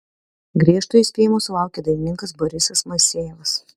griežto įspėjimo sulaukė dainininkas borisas moisejevas